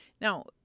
Now